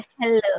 hello